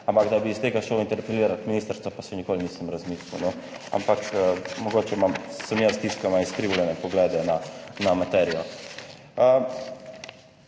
ampak da bi iz tega šel interpelirati ministrstva, pa še nikoli nisem razmišljal. ampak mogoče sem jaz tisti, ki ima izkrivljene poglede na materijo.